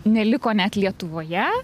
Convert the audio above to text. neliko net lietuvoje